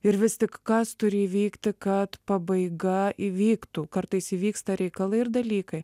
ir vis tik kas turi įvykti kad pabaiga įvyktų kartais įvyksta reikalai ir dalykai